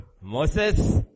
Moses